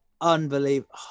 Unbelievable